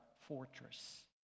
fortress